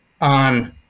on